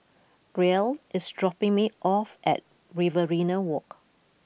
Brielle is dropping me off at Riverina Walk